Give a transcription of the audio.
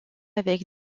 avec